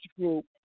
group